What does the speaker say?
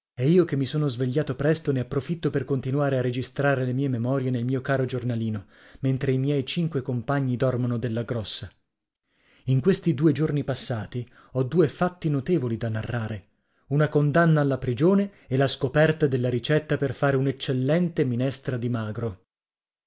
e io che mi sono svegliato presto ne profitto per continuare a registrare le mie memorie nel mio caro giornalino mentre i miei cinque compagni dormono della grossa in questi due giorni passati ho due tatti notevoli da narrare una condanna alla prigione e la scoperta della ricetta per fare un'eccellente minestra di magro